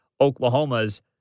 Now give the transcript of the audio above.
Oklahoma's